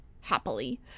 happily